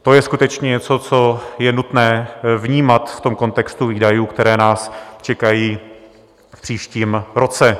To je skutečně něco, co je nutné vnímat v kontextu výdajů, které nás čekají v příštím roce.